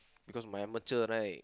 because my amateur right